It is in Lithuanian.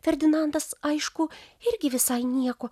ferdinandas aišku irgi visai nieko